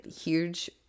huge